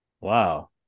Wow